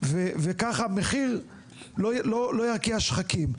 וכך המחיר לא ירקיע שחקים.